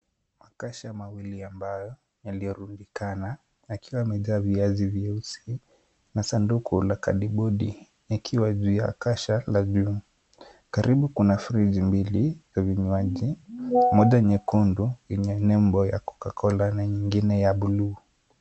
Makasha mawili ambayo yaliorundikana yakiwa yamejaa viazi vyeusi na sanduku la kadibodi ikiwa juu ya kasha la juu. Karibu kuna friji mbili za vinywaji moja nyekundu yenye nembo ya cocacola na nyingine ya buluu.